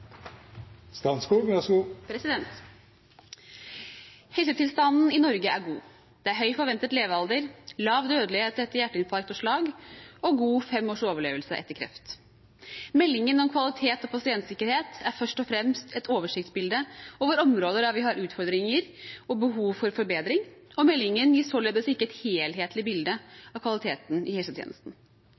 god. Det er høy forventet levealder, lav dødelighet etter hjerteinfarkt og slag og god fem års overlevelse etter kreft. Meldingen om kvalitet og pasientsikkerhet er først og fremst et oversiktsbilde over områder der vi har utfordringer og behov for forbedring, og meldingen gir således ikke et helhetlig bilde av kvaliteten i helsetjenesten.